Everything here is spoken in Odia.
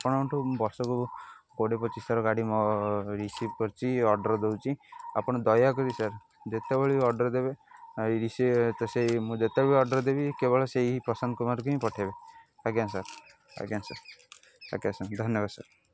ଆପଣଙ୍କଠୁ ବର୍ଷ'କୁ କୋଡ଼ିଏ ପଚିଶ୍ଥର ଗାଡ଼ି ରିସିଭ୍ କରିଛି ଅର୍ଡ଼ର୍ ଦେଉଛି ଆପଣ ଦୟାକରି ସାର୍ ଯେତେବେଳେ ଅର୍ଡ଼ର୍ ଦେବେ ତ ସେଇ ମୁଁ ଯେତେବେଳେ ଅର୍ଡ଼ର୍ ଦେବି କେବଳ ସେଇ ପ୍ରଶାନ୍ତ କୁମାର ହିଁ ପଠେଇବେ ଆଜ୍ଞା ସାର୍ ଆଜ୍ଞା ସାର୍ ଆଜ୍ଞା ସାର୍ ଧନ୍ୟବାଦ୍ ସାର୍